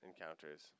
encounters